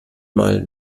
mal